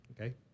Okay